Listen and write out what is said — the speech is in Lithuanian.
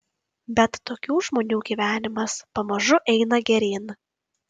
bet tokių žmonių gyvenimas pamažu eina geryn